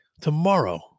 tomorrow